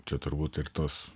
čia turbūt ir tos